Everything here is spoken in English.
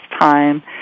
time